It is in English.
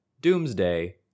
doomsday